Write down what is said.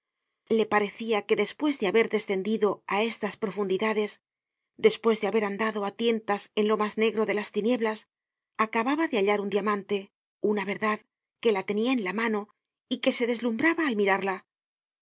le parecia que despues de haber descendido á estas profundidades despues de haber andado á tientas en lo mas negro de las tinieblas acababa de hallar un diamante una verdad que la tenia en la mano y que se deslumbraba al mirarla